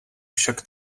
však